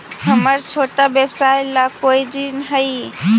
हमर छोटा व्यवसाय ला कोई ऋण हई?